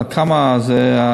עד כמה הגירעון.